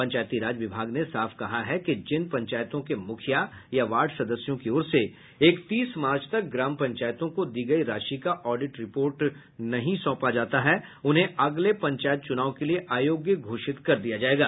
पंचायती राज विभाग ने साफ कहा है कि जिन पंचायतों के मुखिया या वार्ड सदस्यों की ओर से इकतीस मार्च तक ग्राम पंचायतों को दी गयी राशि का ऑडिट रिपोर्ट नहीं सौंपा जाता है उन्हें अगले पंचायत चुनाव के लिए अयोग्य घोषित कर दिया जायेगा